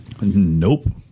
Nope